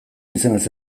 izenez